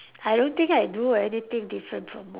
I don't think I do anything different from mo~